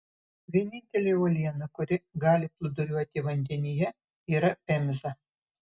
vienintelė uoliena kuri gali plūduriuoti vandenyje yra pemza